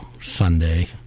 sunday